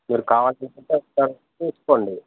మీకు కావాల్సిన విధంగా ఉందొ లేదో చూసుకోండి